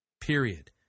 Period